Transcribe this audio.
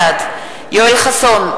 בעד יואל חסון,